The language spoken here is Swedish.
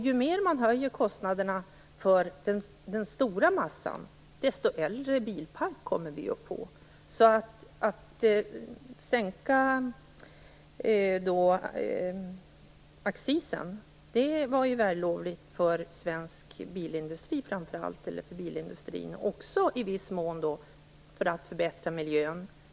Ju mer man höjer kostnaderna för den stora massan fordonsägare, desto äldre bilpark kommer vi att få. Att sänka accisen var vällovligt för framför allt svensk bilindustri men i viss mån också när det gäller att förbättra miljön.